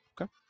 Okay